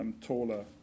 taller